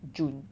june